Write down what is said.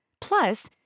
Plus